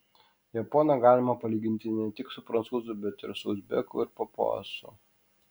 japoną galima palyginti ne tik su prancūzu bet ir su uzbeku ir papuasu